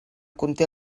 conté